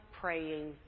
praying